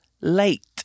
late